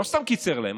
הוא לא סתם קיצר להם,